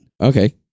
Okay